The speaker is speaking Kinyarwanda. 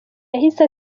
yahise